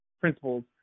principles